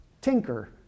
tinker